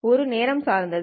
இது நேரத்தை சார்ந்தது